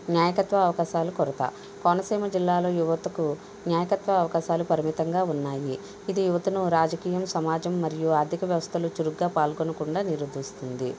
నాయకత్వ అవకాశాలు కొరత కోనసీమ జిల్లాలో యువతకు నాయకత్వ అవకాశాలు పరిమితంగా ఉన్నాయి ఇది యువతను రాజకీయం సమాజం మరియు ఆర్థిక వ్యవస్థలు చురుగ్గా పాల్గొనకుండా నిరూపిస్తుంది